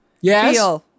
Yes